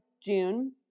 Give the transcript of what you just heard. June